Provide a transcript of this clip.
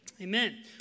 Amen